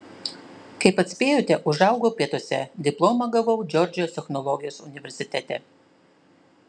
kaip atspėjote užaugau pietuose diplomą gavau džordžijos technologijos universitete